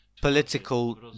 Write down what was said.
political